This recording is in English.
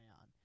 on